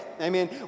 Amen